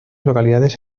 localidades